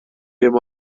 fem